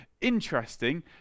Interesting